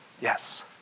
Yes